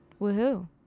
Woohoo